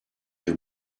your